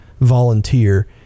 volunteer